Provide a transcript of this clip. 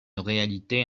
réalité